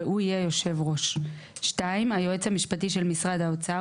והוא יהיה היושב ראש ; (2) היועץ המשפטי של משרד האוצר,